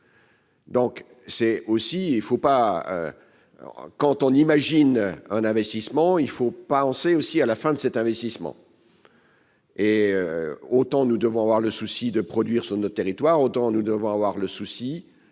alors, quand on imagine un investissement, il faut penser aussi à la fin de cet investissement. Et autant nous devons avoir le souci de produire sur notre territoire, autant nous devons avoir le souci